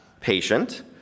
patient